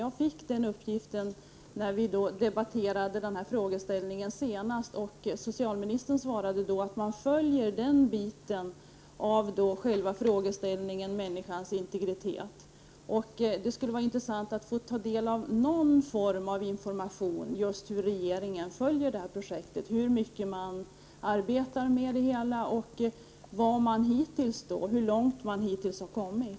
Jag fick den uppgiften när vi debatterade denna frågeställning senast. Socialministern svarade då att regeringen följer den delen av frågeställningen om människans integritet. Det skulle vara intressant att få ta del av någon form av information om hur regringen följer detta projekt, hur mycket man arbetar med det och hur långt man hittills har kommit.